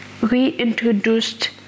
reintroduced